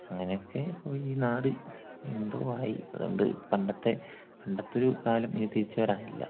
അങ്ങനെയൊക്കെ പോയി ഈ നാട് എന്തോ ആയി അതുകൊണ്ട് പണ്ടത്തെ പണ്ടത്തെയൊരു കാലം ഇനി തിരിച്ചു വരാനില്ല